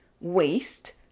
waste